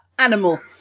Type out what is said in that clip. Animal